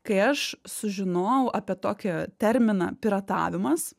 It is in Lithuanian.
kai aš sužinojau apie tokį terminą piratavimas